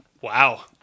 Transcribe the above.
Wow